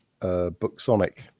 Booksonic